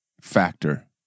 factor